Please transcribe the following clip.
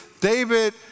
David